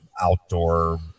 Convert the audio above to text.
outdoor